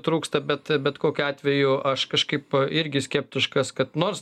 trūksta bet bet kokiu atveju aš kažkaip irgi skeptiškas kad nors